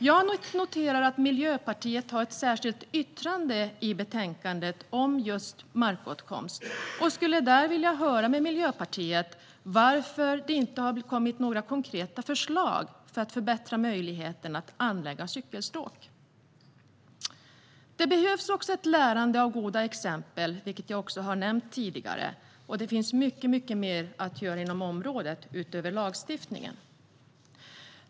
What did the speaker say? Jag noterar att Miljöpartiet har ett särskilt yttrande i betänkandet om just markåtkomst. Jag skulle vilja höra med Miljöpartiet varför det inte har kommit några konkreta förslag för att förbättra möjligheten att anlägga cykelstråk. Det behövs också ett lärande av goda exempel, vilket jag också har nämnt tidigare. Det finns mycket mer att göra inom området utöver lagstiftningen.